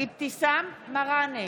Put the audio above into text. אבתיסאם מראענה,